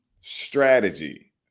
strategy